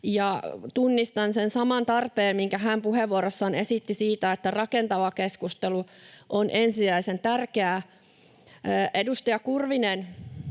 Tunnistan sen saman tarpeen, minkä hän puheenvuorossaan esitti siitä, että rakentava keskustelu on ensisijaisen tärkeää. Edustaja Kurvinen